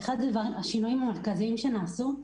אחד השינויים המרכזיים שנעשו הוא